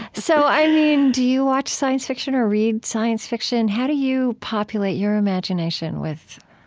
so, i mean, do you watch science fiction or read science fiction? how do you populate your imagination with,